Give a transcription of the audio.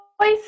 voice